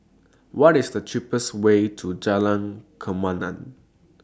What IS The cheapest Way to Jalan Kemaman